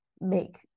make